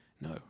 No